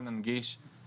ננגיש את הכל.